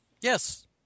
Yes